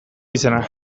izena